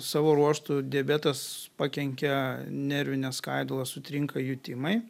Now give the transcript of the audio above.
savo ruožtu diabetas pakenkia nervines skaidulas sutrinka jutimai